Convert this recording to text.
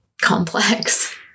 complex